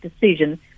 decision